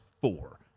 four